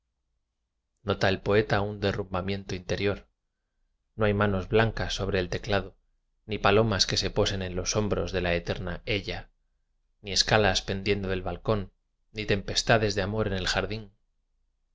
nota el poeta un derrumbamiento inte rior no hay manos blancas sobre el tecla do ni palomas que se posen en los hom bros de la eterna ella ni escalas pendiendo del balcón ni tempestades de amor en el jardín